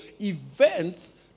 events